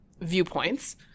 viewpoints